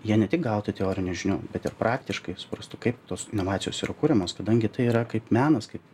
jie ne tik gautų teorinių žinių bet ir praktiškai suprastų kaip tos inovacijos yra kuriamos kadangi tai yra kaip menas kaip